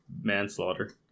manslaughter